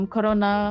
Corona